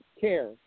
care